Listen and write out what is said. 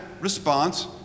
response